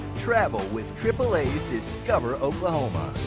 travel with triple a's discover oklahoma!